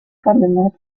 cardenal